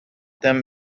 them